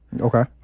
Okay